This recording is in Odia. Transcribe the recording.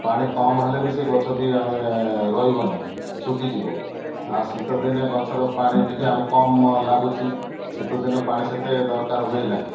ପାଣି କମ୍ ହେଲେ ବି ସେ ଗଛ ବି ଆମେ ରହିବନି ଶୁଖିଯିବ ଆଉ ଶୀତ ଦିନେ ଗଛର ପାଣି ଟିକେ ଆମେ କମ୍ ଲାଗୁଛି ଶୀତଦିନେ ପାଣି ସେତେ ଦରକାର ହୁଏ ନାହିଁ